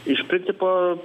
iš principo